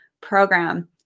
program